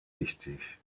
wichtig